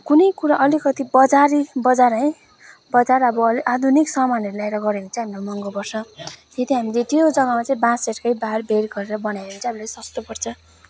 कुनै कुरा अलिकति बजारी बजार है बजार अब आधुनिक सा मानहरू ल्याएर गऱ्यो भने चाहिँ हामीलाई महँगो पर्छ यदि हामीले त्यो जग्गामा चाहिँ बाँसहरू कै बारबेर गरेर बनायो भने चाहिँ हामीलाई सस्तो पर्छ